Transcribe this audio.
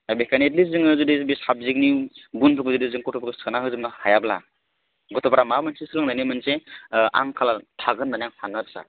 दा बेखायनो at least जोङो बे साबजेक्टनि गुनफोरखौ जुदि जों गथ'फोरखौ सोना होजोबनो हायाब्ला गथ'फ्रा माबा मोनसे सोलोंनायनि मोनसे आंखाल थागोन होननानै आं सानो आरो सार